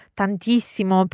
tantissimo